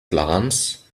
glance